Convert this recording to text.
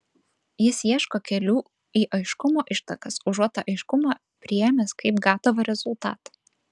jis ieško kelių į aiškumo ištakas užuot tą aiškumą priėmęs kaip gatavą rezultatą